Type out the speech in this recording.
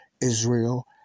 Israel